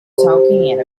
talking